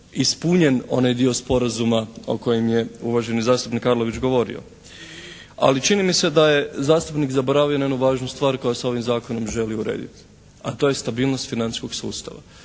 ispunjen onaj dio sporazuma o kojem je uvaženi zastupnik Arlović govorio. Ali čini mi se da je zastupnik zaboravio na jednu važnu stvar koja se ovim Zakonom želi urediti, a to je stabilnost financijskog sustava.